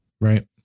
Right